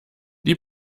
die